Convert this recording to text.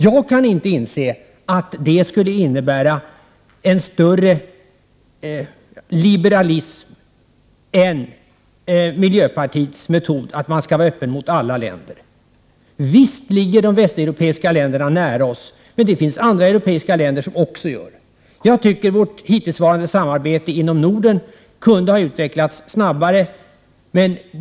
Jag kan inte inse att det skulle innebära en mer omfattande liberalism än om man följde miljöpartiets metod, att man skall vara öppen mot alla länder. Visst ligger de västeuropeiska länderna nära oss, men det finns andra europeiska länder som gör det också. Jag tycker att vårt hittillsvarande samarbete inom Norden kunde ha utvecklats snabbare.